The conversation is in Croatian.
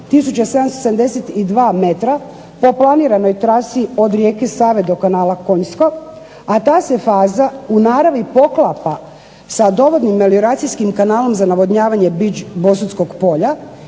772 metra, po planiranoj trasi od rijeke Save do kanala Konjsko a ta se faza u naravi poklapa sa dovodnim melioracijskim kanalom za navodnjavanje Biđ, Bosutskog polja,